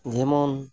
ᱡᱮᱢᱚᱱ